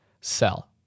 sell